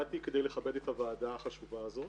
באתי כדי לכבד את הוועדה החשובה הזאת.